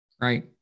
Right